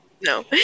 No